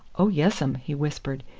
oh yes um, he whispered.